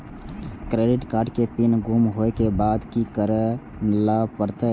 Credit card के PIN गुम होय के बाद की करै ल परतै?